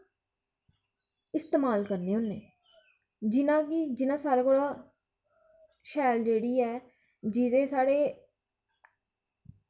इस्तेमाल करने होन्ने जि'यां कि जि'यां सारें कोला शैल जेह्ड़ी ऐ जेह्दे च साढ़े